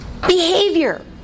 behavior